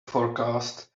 forecast